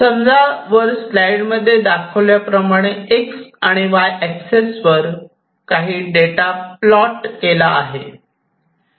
समजा वर स्लाईड मध्ये दाखवल्याप्रमाणे एक्स आणि वाय एक्सेस वर काही डेटा प्लॉट केला आहे